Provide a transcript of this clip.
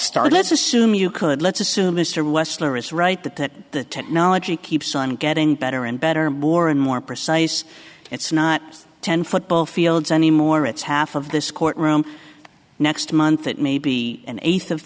started let's assume you could let's assume mr wessler is right that the technology keeps on getting better and better more and more precise it's not ten football fields anymore it's half of this court room next month it may be an eighth of